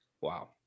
wow